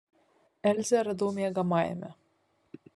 elzę radau miegamajame